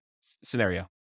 scenario